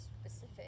specific